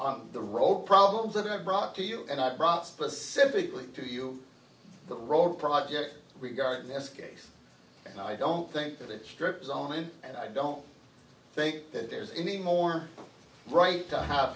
on the road problems that i brought to you and i brought specifically to you the road project regarding this case and i don't think that it strips online and i don't think there's any more right to have